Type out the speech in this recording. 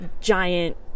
giant